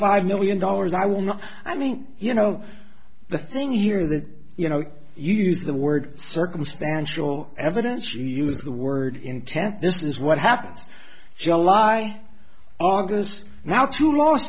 five million dollars i will not i mean you know the thing here that you know you use the word circumstantial evidence you use the word intent this is what happens july august now two